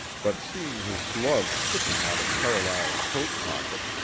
but seeing his gloves sticking out of carlyle's coat pocket,